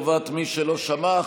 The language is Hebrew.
אני חוזר על ההודעה לטובת מי שלא שמע.